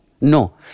No